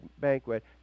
banquet